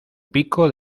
pico